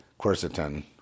quercetin